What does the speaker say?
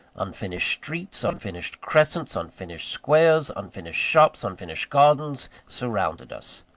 unfinished streets, unfinished crescents, unfinished squares, unfinished shops, unfinished gardens, surrounded us.